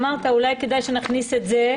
אמרת אולי כדאי שנכניס את זה,